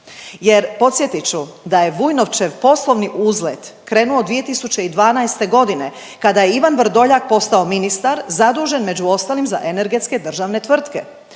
Jer podsjetit ću da je Vujnovčev poslovni uzlet krenuo 2012.g. kada je Ivan Vrdoljak postao ministar zadužen među ostalim za energetske državne tvrtke.